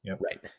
Right